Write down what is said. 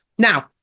Now